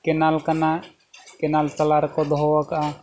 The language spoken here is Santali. ᱠᱮᱱᱟᱞ ᱠᱟᱱᱟ ᱠᱮᱱᱟᱞ ᱛᱟᱞᱟ ᱨᱮᱠᱚ ᱫᱚᱦᱚᱣ ᱟᱠᱟᱫᱟ